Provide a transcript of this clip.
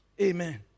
Amen